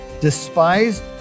despised